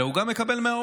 אלא הוא גם מקבל מההורים.